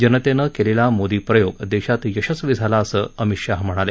जनतेनं केलेला मोदीप्रयोग देशात यशस्वी झाला असं अमित शहा म्हणाले